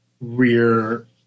rear